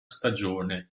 stagione